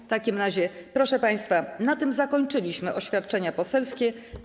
W takim razie, proszę państwa, na tym zakończyliśmy oświadczenia poselskie.